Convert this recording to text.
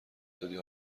دادی